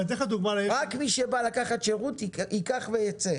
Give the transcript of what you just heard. רק מי שבא לקחת שירות יקח ויצא,